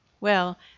Well